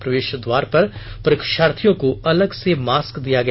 प्रवेश द्वार पर परीक्षार्थियों को अलग से मास्क दिया गया